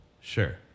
Sure